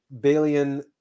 Balian